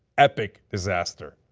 epic disaster.